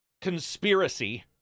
conspiracy